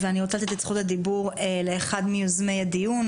אני רוצה לתת את זכות הדיבור לאחד מיוזמי הדיון,